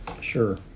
Sure